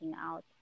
out